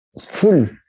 full